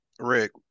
Rick